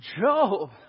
Job